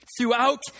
Throughout